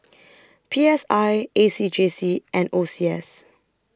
P S I A C J C and O C S